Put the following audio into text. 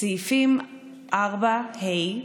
סעיפים 4ה,